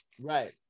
Right